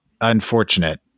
unfortunate